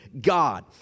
God